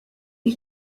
you